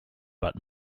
but